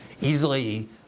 easily